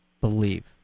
believe